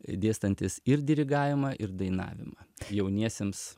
dėstantis ir dirigavimą ir dainavimą jauniesiems